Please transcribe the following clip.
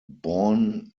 born